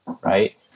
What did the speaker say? Right